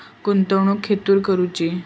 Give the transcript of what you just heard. गुंतवणुक खेतुर करूची?